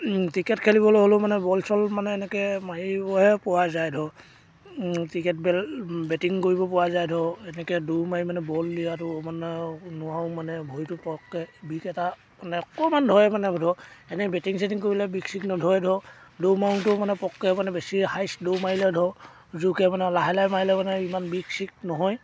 cricket খেলিবলৈ হ'লেও মানে বল চল মানে এনেকৈ মাৰিবহে পৰা যায় ধৰক ক্ৰিকেট বেটিং কৰিবপৰা যায় ধৰক এনেকৈ দৌৰ মাৰি মানে বল দিয়াটো মানে আৰু নোৱাৰোঁ মানে ভৰিটো পটকৈ বিষ এটা মানে অকণমান ধৰে মানে ধৰক এনেই বেটিং ছেটিং কৰিলে বিষ চিষ নধৰে ধৰক দৌৰ মাৰোঁতেও মানে পটকৈ মানে বেছি হায়েষ্ট দৌৰ মাৰিলে ধৰক জোৰকৈ মানে লাহে লাহ মাৰিলে মানে ইমান বিষ চিষ নহয়